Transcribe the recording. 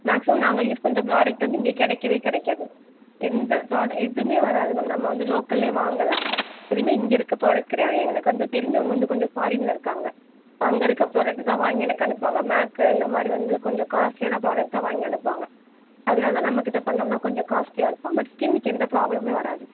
maximum நாங்கள் use பண்ணுற product வந்து இங்கே கிடைக்கவே கிடைக்காது எந்த ப்ராடக்ட் எதுவுமே வராது மேம் நம்ம வந்து லோக்கலே வாங்கல எதுவுமே இங்கே இருக்கிற ப்ராடக்ட் கிடையாது எனக்கு வந்து தெருஞ்சவங்க வந்து கொஞ்சம் ஃபாரினில் இருக்காங்க அங்கே இருக்க ப்ராடக்ட்டு தான் வாங்கி எனக்கு அனுப்புவாங்க மேக்கு இந்த மாதிரி வந்து கொஞ்சம் காஸ்ட்லியான ப்ராடக்ட் தான் வாங்கி அனுப்புவாங்க அதனால தான் நம்மக்கிட்ட பண்ணோம்னா கொஞ்சம் காஸ்ட்லியாக இருக்கும் பட் ஸ்கின்னுக்கு எந்த ப்ராப்ளமுமே வராது